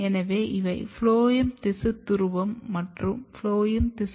எனவே இவை ஃபுளோயம் திசு துருவம் மற்றும் ஃபுளோயம் திசு